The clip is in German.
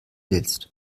willst